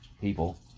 people